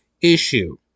issue